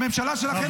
הממשלה הכי טובה